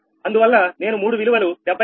అందువల్ల నేను మూడు విలువలు 757778